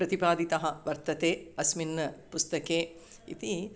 प्रतिपादितः वर्तते अस्मिन् पुस्तके इति